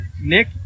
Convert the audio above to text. Nick